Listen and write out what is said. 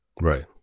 Right